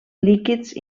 líquids